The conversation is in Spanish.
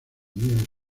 nieve